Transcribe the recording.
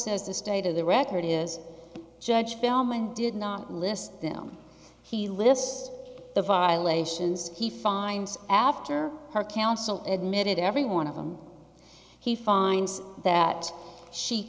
says the state of the record is judge film and did not list them he lists the violations he finds after her counsel admitted every one of them he finds that she